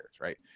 right